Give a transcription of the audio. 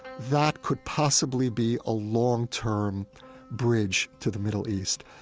that could possibly be a long-term bridge to the middle east.